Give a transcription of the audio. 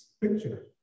picture